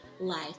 life